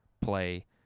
play